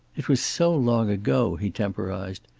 it was so long ago, he temporized.